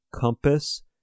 Compass